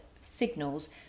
signals